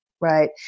right